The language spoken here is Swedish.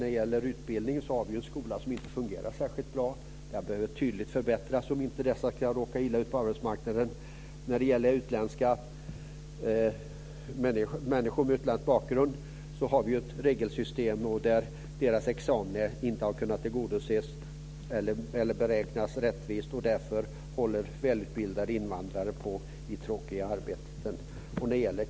När det gäller utbildning så har vi ju en skola som inte fungerar särskilt bra. Den behöver tydligt förbättras om inte dessa grupper ska råka illa ut på arbetsmarknaden. När det gäller människor med utländsk bakgrund har vi ett regelsystem där deras examina inte har kunnat tillgodoses eller beräknas rättvist. Därför håller välutbildade invandrare på med tråkiga arbeten.